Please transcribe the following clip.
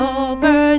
over